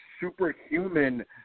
superhuman